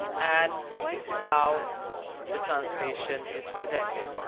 and this is how the translation is presented.